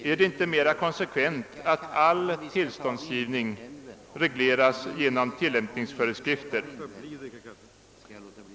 Vore det inte mera konsekvent att all tillståndsgivning reglerades genom tillämpningsföreskrifter?